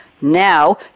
Now